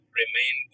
remain